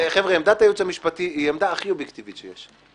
עמדת הייעוץ המשפטי היא העמדה הכי אובייקטיבית שיש.